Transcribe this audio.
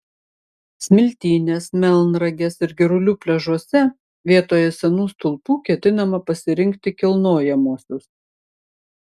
smiltynės melnragės ir girulių pliažuose vietoje senų stulpų ketinama pasirinkti kilnojamuosius